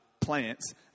plants